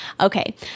Okay